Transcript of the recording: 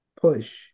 push